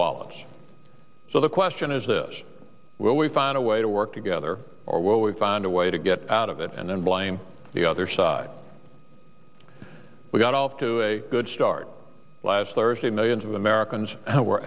wallets so the question is this will we find a way to work together or will we find a way to get out of it and then blame the other side we got off to a good start last thursday millions of americans were